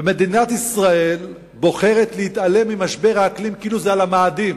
ומדינת ישראל בוחרת להתעלם ממשבר האקלים כאילו זה על המאדים,